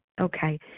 Okay